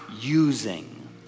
using